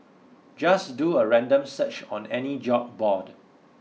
just do a random search on any job board